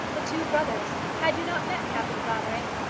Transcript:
the two brothers! had you not met captain clavering?